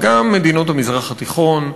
וגם את מדינות המזרח התיכון,